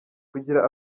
kugira